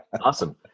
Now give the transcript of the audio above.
Awesome